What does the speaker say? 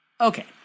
Okay